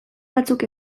batzuk